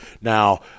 Now